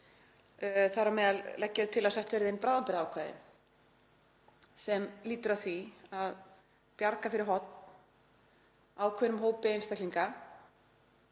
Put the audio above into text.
Þar á meðal leggja þau til að sett verði inn bráðabirgðaákvæði sem lýtur að því að bjarga fyrir horn ákveðnum hópi einstaklinga,